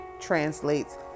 translates